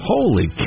Holy